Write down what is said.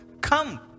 come